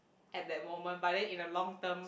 at that moment but then in a long term